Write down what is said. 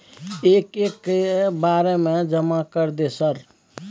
एक एक के बारे जमा कर दे सर?